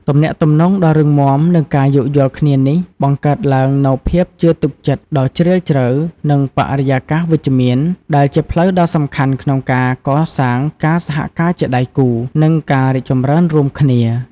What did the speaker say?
ទំនាក់ទំនងដ៏រឹងមាំ និងការយោគយល់គ្នានេះ បង្កើតឡើងនូវភាពជឿទុកចិត្តដ៏ជ្រាលជ្រៅ និងបរិយាកាសវិជ្ជមាន ដែលជាផ្លូវដ៏សំខាន់ក្នុងការកសាងការសហការជាដៃគូ និងការរីកចម្រើនរួមគ្នា ។